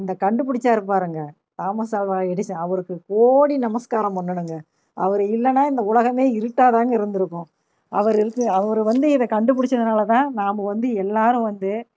இந்த கண்டுபிடிச்சார் பாருங்கள் தாமஸ் ஆல்வா எடிசன் அவருக்கு கோடி நமஸ்காரம் பண்ணனுங்கள் அவர் இல்லைனா இந்த உலகமே இருட்டாதாங்க இருந்து இருக்கும் அவர் இருக்கு அவர் வந்து இதை கண்டுபிடிச்சதுனால தான் நாம் வந்து எல்லாரும் வந்து